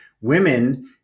women